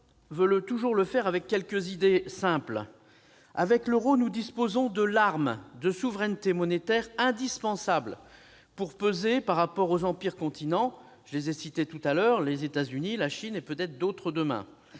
mettre en avant quelques idées simples. Avec l'euro, nous disposons de l'arme de souveraineté monétaire indispensable pour peser par rapport aux empires continents que j'ai cités tout à l'heure, à savoir les États-Unis, la Chine, et peut-être d'autres demain.